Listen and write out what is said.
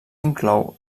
inclou